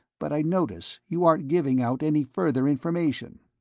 but i notice you aren't giving out any further information.